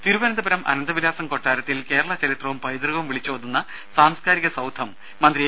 രുര തിരുവനന്തപുരം അനന്തവിലാസം കൊട്ടാരത്തിൽ കേരള ചരിത്രവും പൈതൃകവും വിളിച്ചോതുന്ന സാംസ്കാരിക സൌധം മന്ത്രി എ